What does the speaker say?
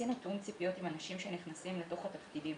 עשינו תיאום ציפיות עם אנשים שנכנסים לתוך התפקידים.